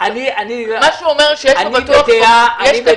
אני בדעה -- מה שהוא אומר זה שיש פה